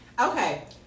Okay